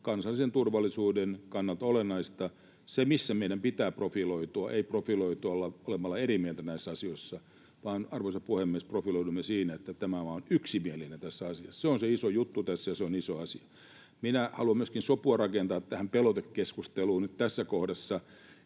kansallisen turvallisuuden kannalta olennainen. Se, missä meidän pitää profiloitua, ei ole olemalla eri mieltä näissä asioissa, vaan, arvoisa puhemies, profiloidumme siinä, että tämä maa on yksimielinen tässä asiassa. Se on se iso juttu tässä, ja se on iso asia. Haluan myöskin sopua rakentaa tähän pelotekeskusteluun nyt tässä kohdassa.